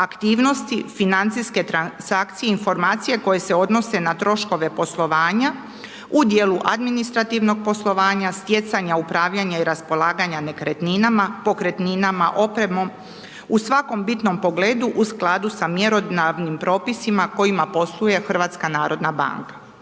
aktivnosti financijske transakcije i informacije koje se odnose na troškove poslovanje u djelu administrativnog poslovanja, stjecanja upravljanja i raspolaganja nekretninama, pokretninama, opremom, u svakom bitnom pogledu, u skladu sa mjerodavnim propisima kojima posluje HNB.